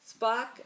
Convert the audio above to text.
Spock